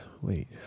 Wait